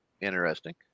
interesting